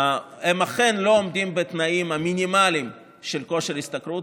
והם אכן לא עומדים בתנאים המינימליים של כושר השתכרות,